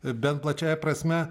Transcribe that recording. bent plačiąja prasme